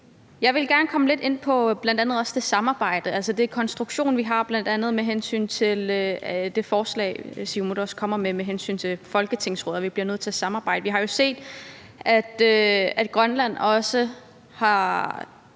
Jeg vil gerne komme lidt ind på bl.a. det samarbejde, altså den konstruktion, vi har med hensyn til bl.a. det forslag, Siumut kommer med, med hensyn til et folketingsråd, og at vi bliver nødt til at samarbejde. Vi har jo set, at Grønland har